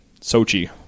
Sochi